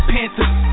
Panthers